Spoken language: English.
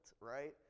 right